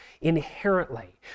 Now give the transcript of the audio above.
inherently